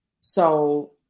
So-